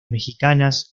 mexicanas